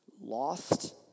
Lost